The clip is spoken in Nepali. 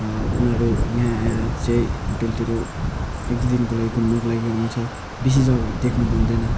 र उनीहरू यहाँ आएर चाहिँ होटेलतिर एक दुई दिनको लागि घुम्नुको लागि आउँछ बेसी जग्गाहरू देख्न पाउँदैन